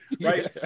right